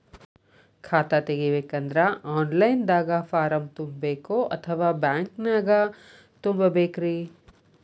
ಖಾತಾ ತೆಗಿಬೇಕಂದ್ರ online ದಾಗ ಫಾರಂ ತುಂಬೇಕೊ ಅಥವಾ ಬ್ಯಾಂಕನ್ಯಾಗ ತುಂಬ ಬೇಕ್ರಿ?